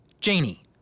Janie